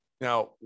Now